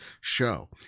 show